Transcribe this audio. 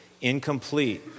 incomplete